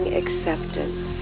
acceptance